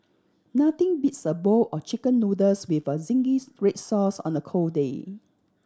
nothing beats a bowl of Chicken Noodles with a zingy red sauce on a cold day